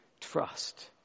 trust